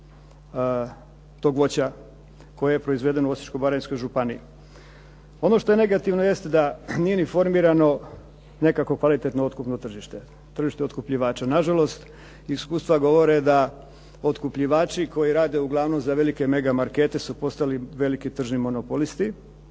tog voća koje je proizvedeno u Osječko-baranjskoj županiji. Ono što je negativno jeste da nije ni formirano nekakvo kvalitetno otkupno tržište, tržište otkupljivača. Nažalost, iskustva govore da otkupljivači koji rade uglavnom za velike mega markete su postali veliki tržni monopolisti.